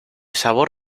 sabor